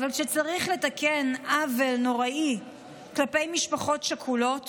אבל כשצריך לתקן עוול נוראי כלפי משפחות שכולות